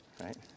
right